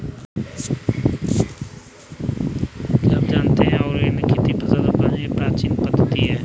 क्या आप जानते है ऑर्गेनिक खेती फसल उत्पादन की एक प्राचीन पद्धति है?